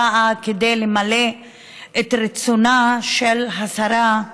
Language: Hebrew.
שבאה כדי למלא את רצונה של השרה,